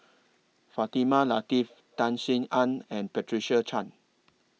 Fatimah Lateef Tan Sin Aun and Patricia Chan